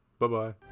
Bye-bye